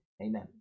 Amen